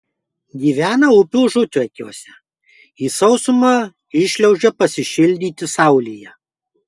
gyvena upių užutekiuose į sausumą iššliaužia pasišildyti saulėje